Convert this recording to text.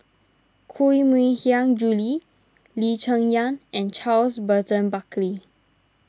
Koh Mui Hiang Julie Lee Cheng Yan and Charles Burton Buckley